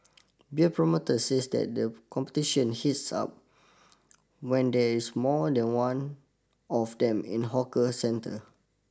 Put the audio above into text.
beer promoters says that the competition hits up when there is more than one of them in the hawker centre